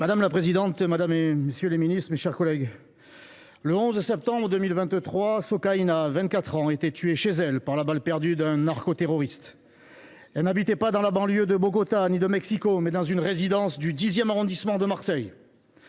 Madame la présidente, madame la ministre, messieurs les ministres d’État, mes chers collègues, le 11 septembre 2023, Socayna, 24 ans, était tuée chez elle par la balle perdue d’un narcoterroriste. Elle habitait non pas dans la banlieue de Bogota ou de Mexico, mais dans une résidence du dixième arrondissement de Marseille.